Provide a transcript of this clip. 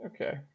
Okay